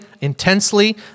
intensely